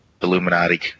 Illuminati